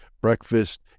breakfast